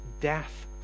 death